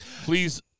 please